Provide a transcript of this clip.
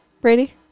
brady